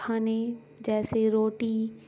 کھانے جیسے روٹی